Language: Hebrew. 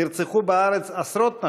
נרצחו בארץ עשרות נשים,